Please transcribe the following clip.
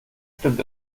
stimmt